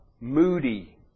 moody